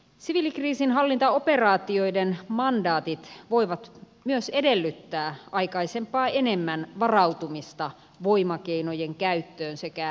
siviilikriisinhallintaoperaatioiden mandaatit voivat myös edellyttää aikaisempaa enemmän varautumista voimakeinojen käyttöön sekä hätävarjelutilanteisiin